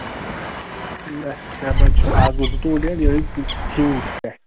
اَسہِ کیٛاہ با چھُ اَز گوٚو زٕتُووُہ ڈیٹ یِہَے ژۄوُہ پؠٹھ